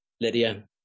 Lydia